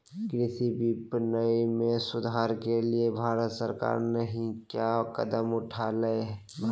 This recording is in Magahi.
कृषि विपणन में सुधार के लिए भारत सरकार नहीं क्या कदम उठैले हैय?